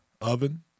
oven